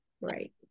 Right